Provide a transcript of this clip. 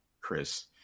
Chris